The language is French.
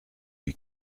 lui